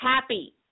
happy